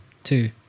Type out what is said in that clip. Two